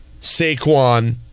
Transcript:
Saquon